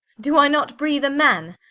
do i not breath a man?